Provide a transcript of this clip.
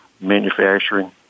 manufacturing